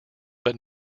but